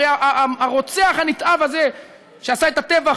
הרי הרוצח הנתעב הזה שעשה את הטבח